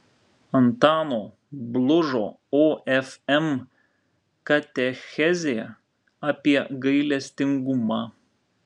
antano blužo ofm katechezė apie gailestingumą